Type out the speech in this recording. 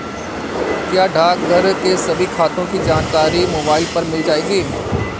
क्या डाकघर के सभी खातों की जानकारी मोबाइल पर मिल जाएगी?